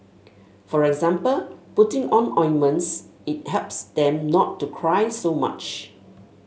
for example putting on ointments it helps them not to cry so much